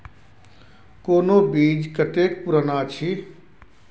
कोनो बीज कतेक पुरान अछि?